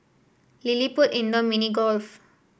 LilliPutt Indoor Mini Golf